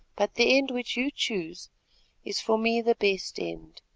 but the end which you choose is for me the best end.